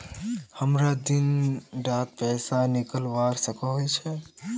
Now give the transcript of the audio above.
हमरा दिन डात पैसा निकलवा सकोही छै?